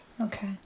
okay